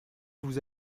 vous